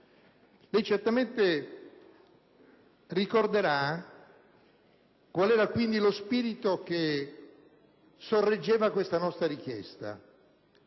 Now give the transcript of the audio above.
Lei certamente ricorderà quale fosse lo spirito che sorreggeva questa nostra richiesta.